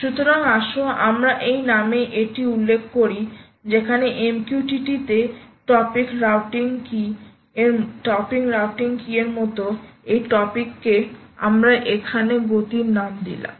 সুতরাং আসো আমরা এই নামে এটি উল্লেখকরি যেখানে MQTT তে টপিক রাউটিং কী এর মতো এই টপিকে আমরা এখানে গতির নাম দিলাম